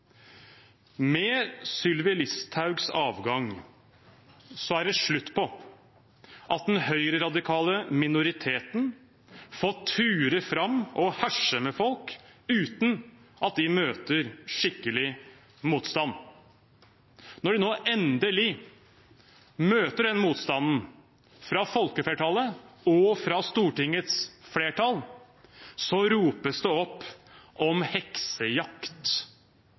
Med Sylvi Listhaugs avgang er det slutt på at den høyreradikale minoriteten får ture fram og herse med folk uten at de møter skikkelig motstand. Når en nå endelig møter den motstanden fra folkeflertallet og fra Stortingets flertall, ropes det opp om heksejakt